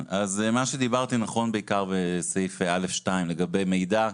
מה שדיברתי נכון בעיקר בתקנת משנה (א)(2) לגבי מידע,